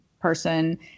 person